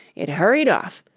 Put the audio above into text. it hurried off,